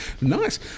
nice